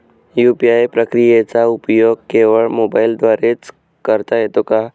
UPI प्रक्रियेचा उपयोग केवळ मोबाईलद्वारे च करता येतो का?